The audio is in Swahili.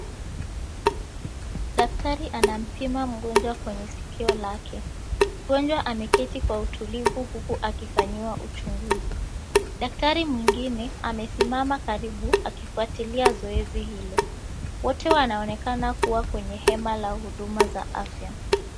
Daktari anampima mgonjwa kwenye sikio lake. Mgonjwa ameketi kwa utulivu huku akifanyiwa uchunguzi. Daktari mwingine amesimama karibu akifuatilia zoezi hilo. Wote wanaonekana kwenye hema la huduma za afya.